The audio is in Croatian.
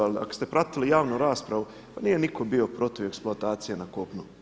Ali ako ste pratili javnu raspravu, pa nije nitko bio protiv eksploatacije na kopnu.